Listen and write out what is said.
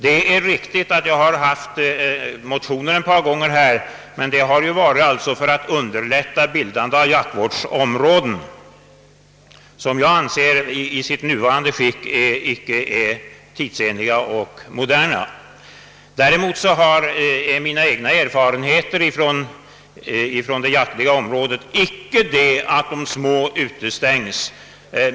Det är riktigt att jag har väckt motioner i detta ämne ett par gånger, men det har varit i avsikt att underlätta bildandet av jaktvårdsområden, vilka i sitt nuvarande skick enligt min mening icke är tidsenliga. Däremot säger mina egna erfarenheter från det jaktliga om rådet icke att de små utestängs.